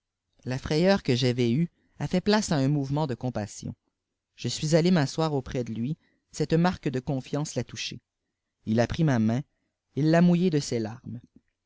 la frayeur que j'avais eue a fait place à un mouvement de compassion je suis allé m'asseoir auprès de lui cette marque de confiance l'a touché a pris ma main il ta mouillée de ses larmes